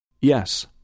Yes